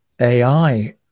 AI